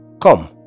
Come